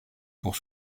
pour